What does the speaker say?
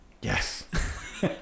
Yes